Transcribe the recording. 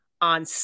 on